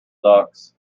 ducks